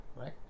right